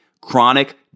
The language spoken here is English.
chronic